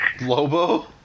Lobo